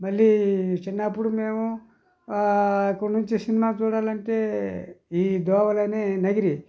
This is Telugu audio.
మళ్లీ చిన్నప్పుడు మేము అక్కడి నుంచి సినిమా చూడాలంటే ఈ దోవలోనే నగిరి